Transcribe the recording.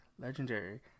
Legendary